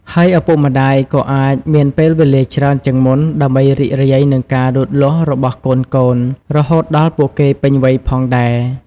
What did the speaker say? ហើយឪពុកម្តាយក៏អាចមានពេលវេលាច្រើនជាងមុនដើម្បីរីករាយនឹងការលូតលាស់របស់កូនៗ រហូតដល់ពួកគេពេញវ័យផងដែរ។